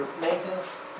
maintenance